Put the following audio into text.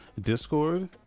Discord